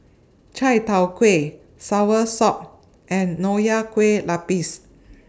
Chai Tow Kway Soursop and Nonya Kueh Lapis